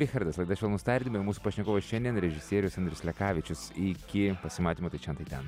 richardas laida švelnūs tardymai mūsų pašnekovas šiandien režisierius andrius lekavičius iki pasimatymo tai šen tai ten